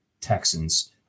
Texans